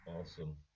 Awesome